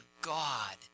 God